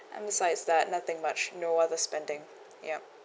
and besides that nothing much no other spending yup